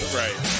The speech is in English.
right